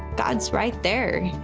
god's right there.